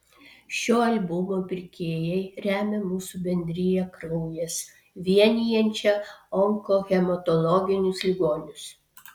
šio albumo pirkėjai remia mūsų bendriją kraujas vienijančią onkohematologinius ligonius